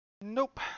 Nope